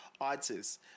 artists